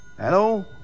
Hello